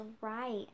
right